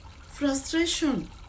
frustration